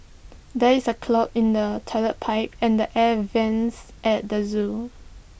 there is A clog in the Toilet Pipe and the air Vents at the Zoo